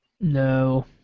No